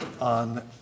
on